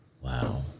Wow